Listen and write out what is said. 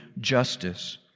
justice